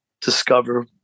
discover